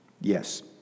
Yes